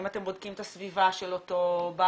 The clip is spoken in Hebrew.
האם אתם בודקים את הסביבה של אותו בר,